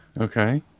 Okay